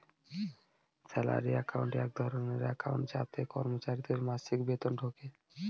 salary account এক ধরনের account যাতে কর্মচারীদের মাসিক বেতন ঢোকে